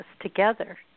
together